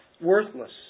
Worthless